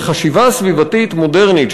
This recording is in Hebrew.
בחשיבה סביבתית מודרנית,